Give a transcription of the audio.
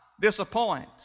disappoint